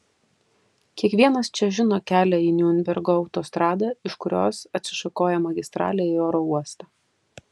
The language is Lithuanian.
kiekvienas čia žino kelią į niurnbergo autostradą iš kurios atsišakoja magistralė į oro uostą